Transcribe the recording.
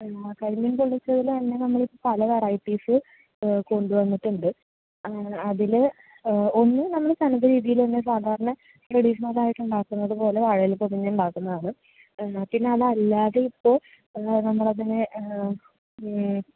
കരിമീൻ പൊള്ളിച്ചതിൽ തന്നെ നമ്മൾ ഇപ്പോൾ പല വെറൈറ്റീസ് കൊണ്ടുവന്നിട്ടുണ്ട് അതിൽ ഒന്ന് നമ്മൾ തനത് രീതിയിൽ തന്നെ സാധാരണ ട്രെഡിഷണലായിട്ട് ഉണ്ടാക്കുന്നത് പോലെ വാഴയിലയിൽ പൊതിഞ്ഞ് ഉണ്ടാക്കുന്നതാണ് നമുക്ക് അത് അല്ലാതെ ഇപ്പോൾ നമ്മൾ തന്നെ